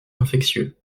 infectieux